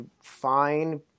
fine